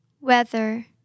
Weather